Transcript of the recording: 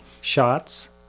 shots